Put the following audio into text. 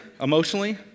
emotionally